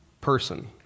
person